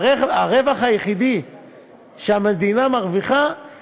והרווח היחידי שהמדינה מרוויחה הוא